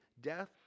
death